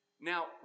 Now